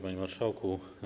Panie Marszałku!